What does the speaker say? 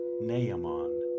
Naaman